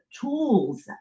tools